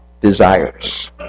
desires